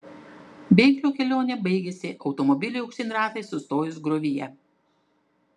bėglio kelionė baigėsi automobiliui aukštyn ratais sustojus griovyje